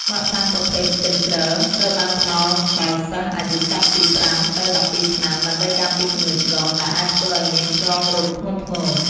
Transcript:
វ៉ាក់សាំងប្រភេទកញ្ជិ្រល ត្រូវបានផ្តល់ដល់សិស្សអាយុចាប់ពី៥ទៅ១២ឆ្នាំ ដើម្បីការពារជំងឺឆ្លងដែលអាចធ្វើឲ្យមានឆ្លងរោគធ្ងន់ធ្ងរ។